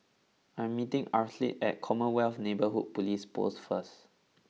I am meeting Arleth at Commonwealth Neighbourhood Police Post first